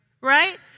Right